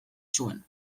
zuen